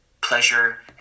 pleasure